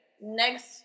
next